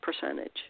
percentage